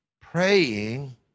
praying